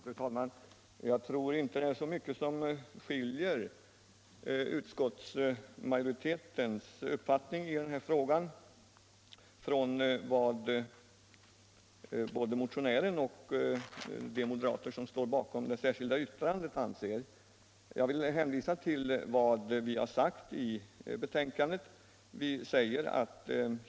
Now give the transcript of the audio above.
Fru talman! Jag tror inte att det är så mycket som skiljer utskottsmajoritetens uppfattning från vad såväl motionärerna som de moderater som står bakom det särskilda yttrandet anser. Jag vill hänvisa till vad utskottet anför i betänkandet.